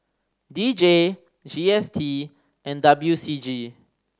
D J G S T and W C G